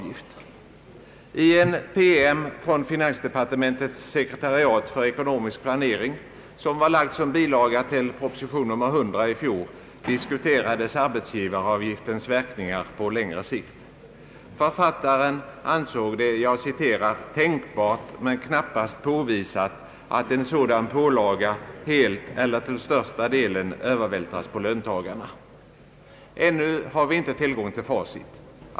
I en promemoria från finansdepartementets sekretariat för ekonomisk planering, vilken utgjorde bilaga till proposition nr 100 förra året, diskuterades arbetsgivaravgiftens verkningar på längre sikt. Författaren ansåg det »tänkbart men knappast påvisat att en sådan pålaga helt eller till största delen övervältras på löntagarna». Ännu har vi inte tillgång till facit.